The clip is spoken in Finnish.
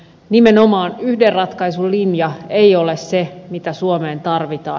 nimenomaan yhden ratkaisun linja ei ole se mitä suomeen tarvitaan